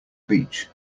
beach